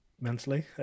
mentally